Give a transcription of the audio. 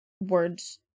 words